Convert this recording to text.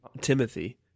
timothy